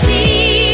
See